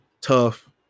tough